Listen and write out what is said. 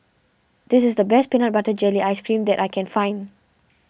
this is the best Peanut Butter Jelly Ice Cream that I can find